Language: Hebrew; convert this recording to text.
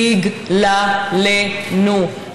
בגללנו,